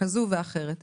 כזאת או אחרת.